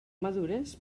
madures